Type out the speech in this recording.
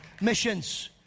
missions